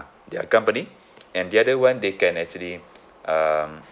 their company and the other one they can actually um